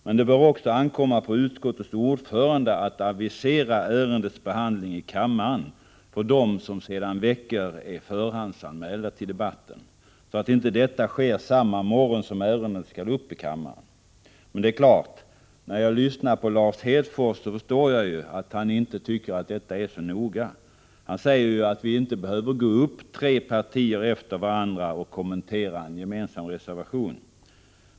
Men det bör också ankomma på utskottets ordförande att avisera ett ärendes behandling i kammaren för dem som sedan veckor tillbaka är förhandsanmälda till debatten. Aviseringen får inte ske på morgonen samma dag som ärendet skall tas upp i kammaren. Men när jag lyssnar på Lars Hedfors förstår jag att han inte tycker att detta är så noga. Han säger ju att företrädare för tre partier inte behöver gå upp talarstolen efter varandra och kommentera en gemensam reservation.